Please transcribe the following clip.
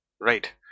right